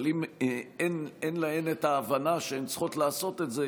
אבל אם אין להן את ההבנה שהן צריכות לעשות את זה,